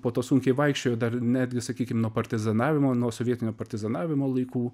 po to sunkiai vaikščiojo dar netgi sakykim nuo partizanavimo nuo sovietinio partizanavimo laikų